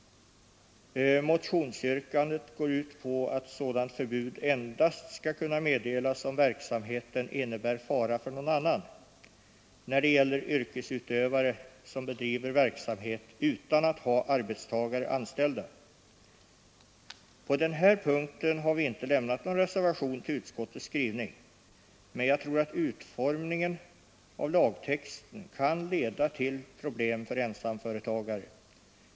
Motionsyrkandet går ut på att sådant förbud endast skall kunna meddelas om verksamheten innebär fara för någon annan, när det gäller yrkesutövare som bedriver verksamhet utan att ha arbetstagare anställda. På den här punkten har vi inte lämnat någon reservation till utskottets skrivning, men jag tror att utformningen av lagtexten kan leda till problem för ensamföretagare.